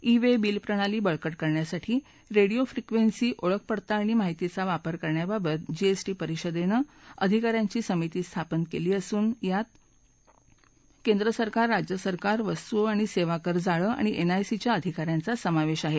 E way bill प्रणाली बळकट करण्यासाठी रेडिओ फ्रिक्वेन्सी ओळख पडताळणी माहितीचा वापर करण्याबाबत जीएसटी परिषदेनं अधिकाऱ्यांची समिती स्थापन केली असून यात केंद्र सरकार राज्य सरकार वस्तू आणि सेवा कर जाळे आणि एनआयसीच्या अधिकाऱ्यांचा समावेश आहे